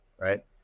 right